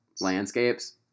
landscapes